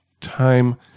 time